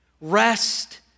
Rest